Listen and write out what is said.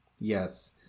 Yes